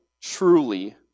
truly